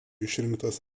išrinktas